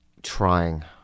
trying